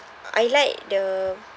I like the